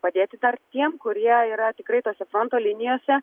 padėti dar tiem kurie yra tikrai tose fronto linijose